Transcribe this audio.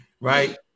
right